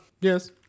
yes